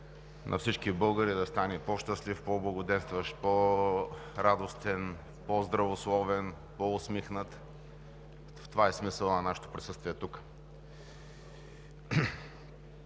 на всички българи да стане по-щастлив, по-благоденстващ, по-радостен, по-здравословен, по-усмихнат! Това е смисълът на нашето присъствие тук.